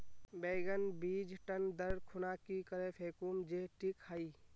बैगन बीज टन दर खुना की करे फेकुम जे टिक हाई?